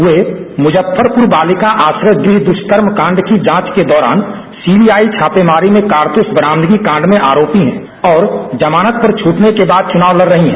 वे मुजफ्फरपुर बालिका आश्रय गृह दुष्कर्म कांड की जांच के दौरान सीबीआई छापेमारी में कारतूस बरामदगी कांड में आरोपी है और जमानत पर छूटने के बाद चुनाव लड रही हैं